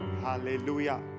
Hallelujah